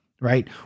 right